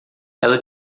ela